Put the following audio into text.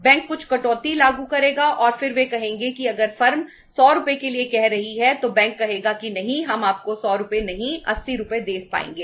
bank कुछ कटौती लागू करेगा और फिर वे कहेंगे कि अगर फर्म 100 रुपये के लिए कह रही है तो बैंक कहेगा कि नहीं हम आपको 100 रुपये नहीं 80 रुपये दे पाएंगे